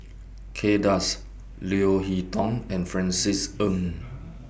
Kay Das Leo Hee Tong and Francis Ng